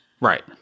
Right